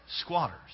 squatters